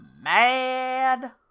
mad